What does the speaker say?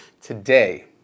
Today